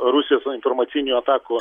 rusijos informacinių atakų